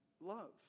love